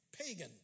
pagan